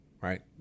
right